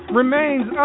remains